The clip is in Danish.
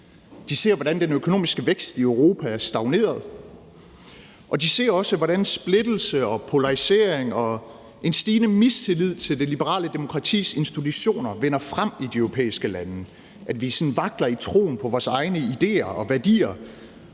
De ser, hvordan den økonomiske vækst i Europa er stagneret, og de ser også, hvordan splittelse og polarisering og en stigende mistillid til det liberale demokratis institutioner vinder frem i de europæiske lande; at vi sådan vakler i troen på vores egne idéer og værdier